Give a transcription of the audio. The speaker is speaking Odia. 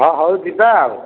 ହଁ ହଉ ଯିବା ଆଉ